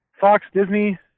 Fox-Disney